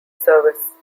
service